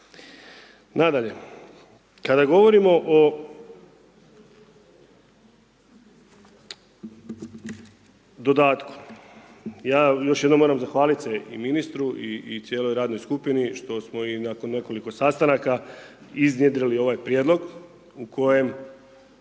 Nadalje, kada govorimo o dodatku, ja još jednom moram zahvaliti se i ministru i cijeloj radnoj skupini što smo i nakon nekoliko sastanaka iznjedrili ovaj prijedlog u kojem